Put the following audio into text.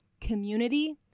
Community